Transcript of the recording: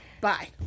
bye